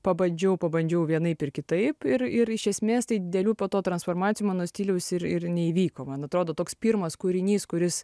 pabandžiau pabandžiau vienaip ir kitaip ir ir iš esmės tai didelių po to transformacijų mano stiliaus ir ir neįvyko man atrodo toks pirmas kūrinys kuris